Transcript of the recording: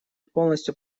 полностью